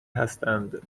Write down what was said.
هستند